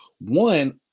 one